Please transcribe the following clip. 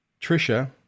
Trisha